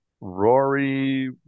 Rory